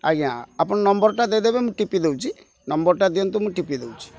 ଆଜ୍ଞା ଆପଣ ନମ୍ବରଟା ଦେଇ ଦେବେ ମୁଁ ଟିପି ଦେଉଛି ନମ୍ବରଟା ଦିଅନ୍ତୁ ମୁଁ ଟିପି ଦେଉଛି